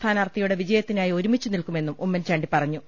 സ്ഥാനാർത്ഥിയുടെ വിജയത്തിനായി ഒരുമിച്ചു നിൽക്കുമെന്നും ഉമ്മൻചാണ്ടി പറഞ്ഞു